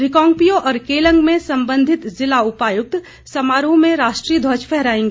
रिकांगपियो और केंलग में संबंधित जिला उपायुक्त समारोह में राष्ट्रीय ध्वज फहरायेंगे